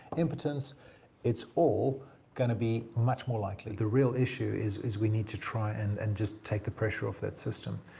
impotence it's all going to be much more likely. the real issue is, we need to try and and just take the pressure off that system.